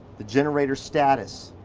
the generators status.